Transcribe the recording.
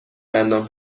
دندان